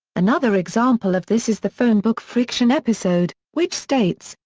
another example of this is the phone book friction episode, which states,